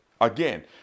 again